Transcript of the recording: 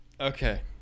okay